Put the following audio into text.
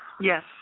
yes